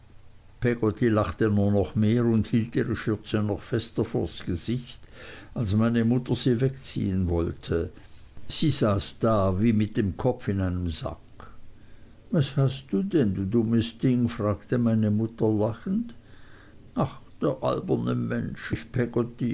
lachte nur noch mehr und hielt ihre schürze noch fester vors gesicht als meine mutter sie wegziehen wollte sie saß da wie mit dem kopf in einem sack was hast du denn du dummes ding fragte meine mutter lachend ach der alberne mensch